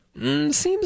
seems